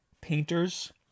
painters